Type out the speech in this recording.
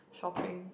shopping